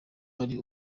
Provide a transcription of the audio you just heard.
hari